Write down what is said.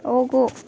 ಹೋಗು